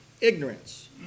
ignorance